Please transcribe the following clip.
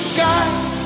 guide